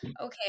Okay